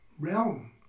realm